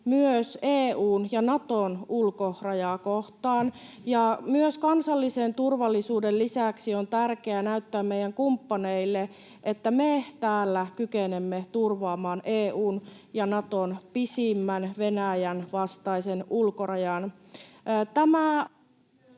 myös EU:n ja Naton ulkorajaa kohtaan. Kansallisen turvallisuuden lisäksi on tärkeää näyttää meidän kumppaneillemme, että me täällä kykenemme turvaamaan EU:n ja Naton pisimmän Venäjän vastaisen ulkorajan.